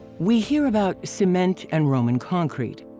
we hear about cement and roman concrete,